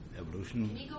evolution